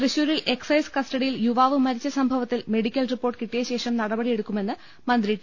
തൃശൂരിൽ എക്സൈസ് കസ്റ്റഡിയിൽ യുവാവ് മരിച്ച സംഭവത്തിൽ മെഡിക്കൽ റിപ്പോർട്ട് കിട്ടിയശേഷം നടപടിയെടുക്കുമെന്ന് മന്ത്രി ടി